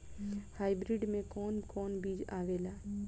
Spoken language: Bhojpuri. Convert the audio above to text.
हाइब्रिड में कोवन कोवन बीज आवेला?